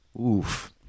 Oof